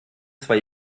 zwei